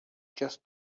just